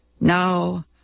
Now